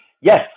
yes